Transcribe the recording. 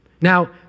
Now